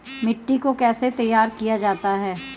मिट्टी को कैसे तैयार किया जाता है?